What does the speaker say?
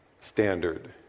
standard